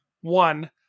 One